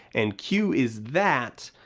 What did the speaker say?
and q is that,